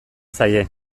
zaie